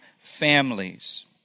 families